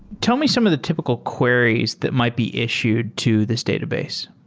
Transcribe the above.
tell me some of the typical queries that might be issued to this database.